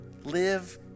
live